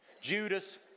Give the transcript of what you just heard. Judas